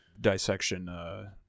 dissection